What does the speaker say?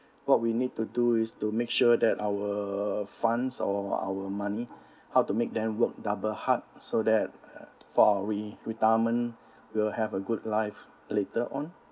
what we need to do is to make sure that our funds or our money how to make them work double hard so that for our re~ retirement will have a good life later on